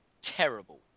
terrible